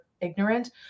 ignorant